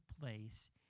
place